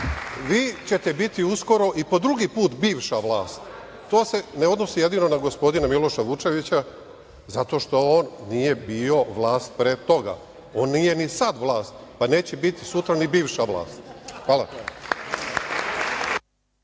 ćete biti uskoro i po drugi put bivša vlast. To se ne odnosi jedino na gospodina Miloša Vučevića zato što on nije bio vlast pre toga. On nije ni sada vlast, pa neće biti sutra ni bivša. Hvala.